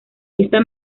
esta